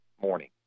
morning